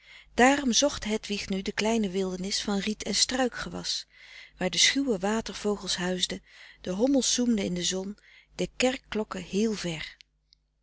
daarom zocht hedwig nu de kleine wildernis van riet en struikgewas waar de schuwe watervogels huisden de hommels zoemden in de zon de kerkklokken heel vèr